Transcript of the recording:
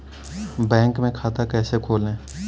Bank में खाता कैसे खोलें?